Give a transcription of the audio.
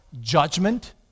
judgment